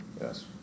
Yes